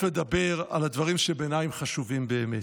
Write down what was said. לדבר על הדברים שבעיניי הם חשובים באמת.